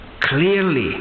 clearly